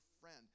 friend